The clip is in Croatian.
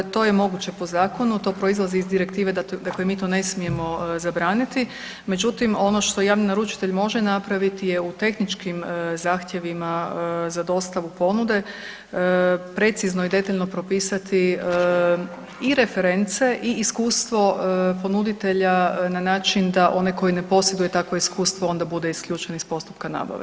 To je moguće po zakonu, to proizlazi iz direktive, dakle mi to ne smijemo zabraniti, međutim, ono što javni naručitelj može napraviti je u tehničkim zahtjevima za dostavu ponude, precizno i detaljno propisati i reference i iskustvo ponuditelja na način da oni koji ne posjeduje takvo iskustvo onda bude isključen iz postupka nabave.